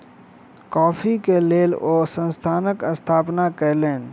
coffee के लेल ओ संस्थानक स्थापना कयलैन